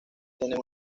tienen